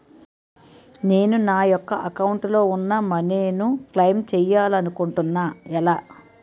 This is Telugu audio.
నేను నా యెక్క అకౌంట్ లో ఉన్న మనీ ను క్లైమ్ చేయాలనుకుంటున్నా ఎలా?